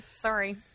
Sorry